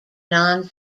non